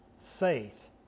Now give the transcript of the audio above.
Faith